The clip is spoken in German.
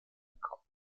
gekommen